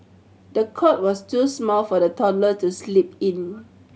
the cot was too small for the toddler to sleep in